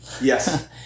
Yes